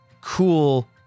cool